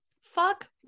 Fuck